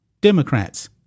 Democrats